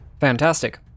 Fantastic